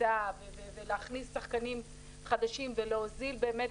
כניסה ולהכניס שחקנים חדשים ולהוזיל את